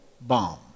bomb